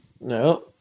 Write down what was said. No